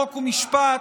חוק ומשפט,